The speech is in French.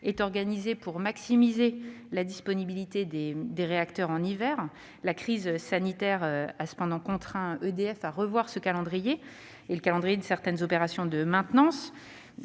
est organisé pour maximiser la disponibilité des réacteurs en hiver. Or la crise sanitaire a contraint EDF à revoir le calendrier de certaines opérations de maintenance.